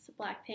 Blackpink